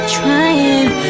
trying